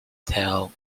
title